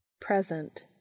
present